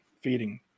feeding